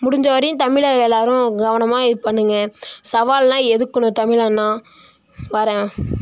முடிந்த வரையும் தமிழை எல்லாரும் கவனமாக இது பண்ணுங்கள் சவால்லாம் எதுக்கணும் தமிழன்னா வரேன்